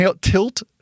tilt